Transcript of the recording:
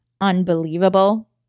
unbelievable